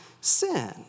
sin